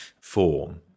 form